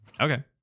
okay